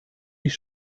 mich